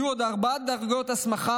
תהיינה עוד ארבע דרגות הסמכה